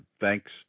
thanks